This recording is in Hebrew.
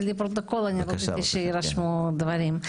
לפרוטוקול אני רוצה שיירשמו הדברים.